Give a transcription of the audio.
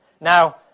Now